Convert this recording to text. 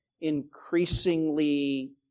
increasingly